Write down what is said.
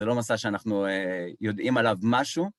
זה לא מסע שאנחנו יודעים עליו משהו.